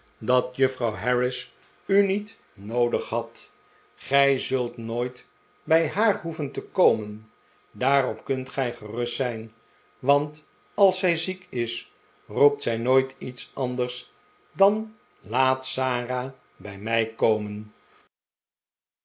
dat juffrouw harris u niet noodig had gij zult nooit bij haar hoeven te komen daarop kunt gij gerust zijn want als zij ziek is roept zij nooit iets anders dan laat sara bij mij komen